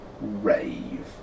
Rave